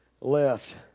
left